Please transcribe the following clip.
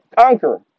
Conquer